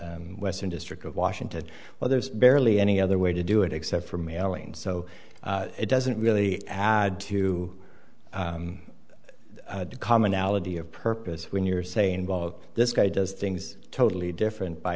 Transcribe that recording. western district of washington well there's barely any other way to do it except for mailings so it doesn't really add to the commonality of purpose when you're saying invoke this guy does things totally different by